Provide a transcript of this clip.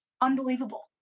unbelievable